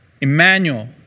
Emmanuel